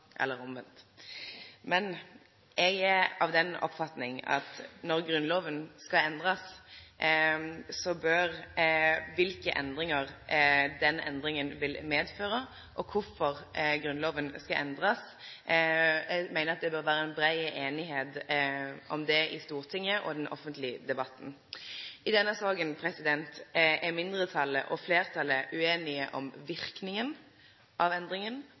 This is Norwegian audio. eller omvendt. Eg er at den oppfatninga at når Grunnloven skal endrast, bør det vere brei einigheit i Stortinget og i den offentlege debatten om kva endringa vil medføre, og kvifor Grunnloven skal endrast. I denne saka er mindretalet og fleirtalet ueinige om verknaden av endringa,